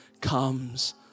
comes